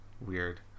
weird